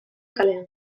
kalean